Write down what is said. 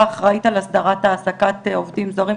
אבל רשות האוכלוסין וההגירה אחראית על הסדרת העסקת עובדים זרים,